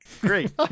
Great